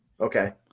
Okay